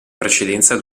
precedenza